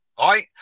Right